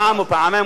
פעם או פעמיים,